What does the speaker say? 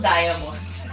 Diamonds